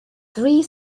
three